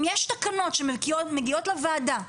אם יש תקנות שמגיעות לוועדה,